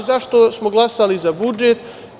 Zašto smo glasali za budžet?